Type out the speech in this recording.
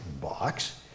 box